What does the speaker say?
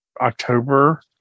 October